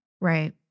Right